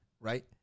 right